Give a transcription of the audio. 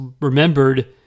remembered